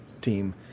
team